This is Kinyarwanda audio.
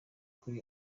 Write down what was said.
kuri